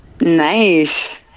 nice